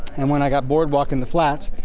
and when i got bored walking the flats,